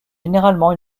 généralement